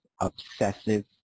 obsessive